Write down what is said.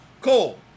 Cole